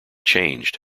changed